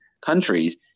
countries